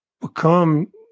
become